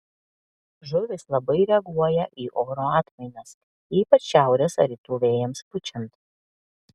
žuvys labai reaguoja į oro atmainas ypač šiaurės ar rytų vėjams pučiant